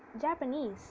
Japanese